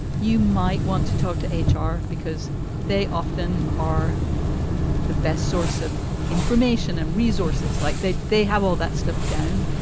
you might want to talk to h r. because they often are the best source of information and resources like they they have all that stuff down.